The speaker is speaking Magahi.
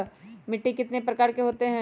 मिट्टी कितने प्रकार के होते हैं?